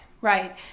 Right